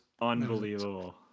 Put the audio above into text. unbelievable